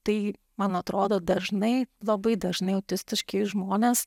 tai man atrodo dažnai labai dažnai autistiški žmonės